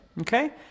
okay